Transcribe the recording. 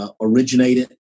originated